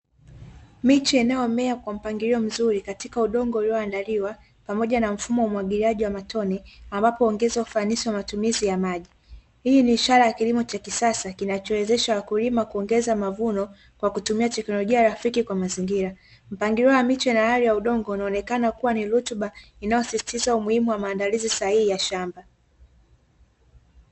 Miche inayomea kwa mpangilio mzuri katika udongo uliyoandaliwa pamoja na mfumo wa umwagiliaji wa matone, ambapo huongeza ufanisi wa matumizi ya maji. Hii ni ishara ya kilimo cha kisasa kinachowezesha wakulima kuongeza mavuno kwa kutumia teknolojia rafiki kwa mazingira, mpangilio wa miche na hali ya udongo inaonekana kuwa ni rutuba inayosisitiza umuhimu wa maandalizi sahihi ya shamba.